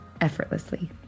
effortlessly